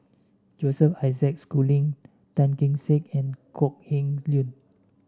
Joseph Isaac Schooling Tan Kee Sek and Kok Heng Leun